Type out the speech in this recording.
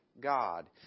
god